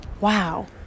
wow